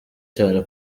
cyane